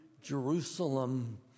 Jerusalem